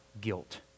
guilt